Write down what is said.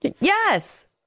Yes